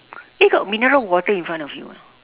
eh got mineral water in front of you [what]